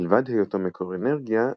מלבד היותו מקור אנרגיה,